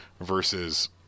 versus –